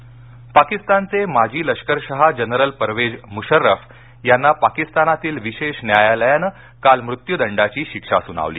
मशर्रफ पाकिस्तानचे माजी लष्कर शहा जनरल परवेज मुशर्रफ यांना पाकिस्तानातील विशेष न्यायालयानं काल मृत्युदंडाची शिक्षा सुनावली